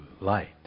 light